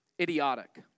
idiotic